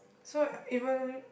so even